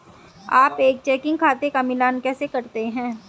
आप एक चेकिंग खाते का मिलान कैसे करते हैं?